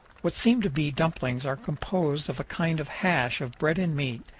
what seem to be dumplings are composed of a kind of hash of bread and meat,